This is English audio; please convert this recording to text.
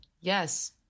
Yes